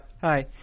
Hi